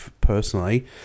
personally